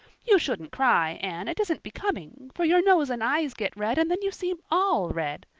you shouldn't cry, anne it isn't becoming, for your nose and eyes get red, and then you seem all red.